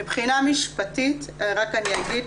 מבחינה משפטית אני אגיד,